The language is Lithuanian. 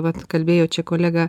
vat kalbėjo čia kolega